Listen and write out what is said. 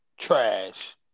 trash